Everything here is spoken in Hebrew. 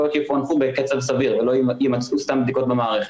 יפוענחו בקצב סביר ולא יימצאו סתם בדיקות במערכת.